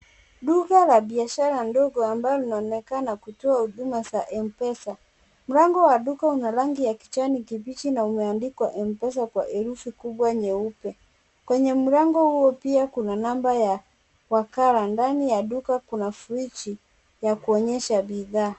Duka la biashara ndogo ambalo linaonekana kutoa huduma za m-pesa. Mlango wa duka una rangi wa kijani kibichi na na umeandikwa neno M-PESA kwa herufi kubwa na nyeupe. Kwenye mlango pia kuna namba ya nakala, ndani ya duka kuna friji ya kuonesha bidhaa